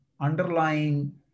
underlying